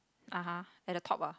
(uh huh) at the top ah